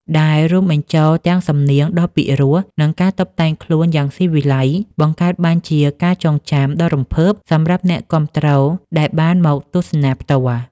ដែលរួមបញ្ចូលទាំងសំនៀងដ៏ពីរោះ និងការតុបតែងខ្លួនយ៉ាងស៊ីវិល័យ បង្កើតបានជាការចងចាំដ៏រំភើបសម្រាប់អ្នកគាំទ្រដែលបានមកទស្សនាផ្ទាល់។